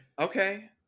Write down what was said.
Okay